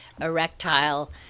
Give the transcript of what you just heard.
erectile